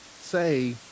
say